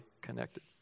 connected